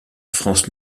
france